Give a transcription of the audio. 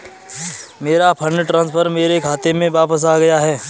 मेरा fund transfer मेरे खाते में वापस आ गया है